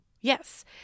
Yes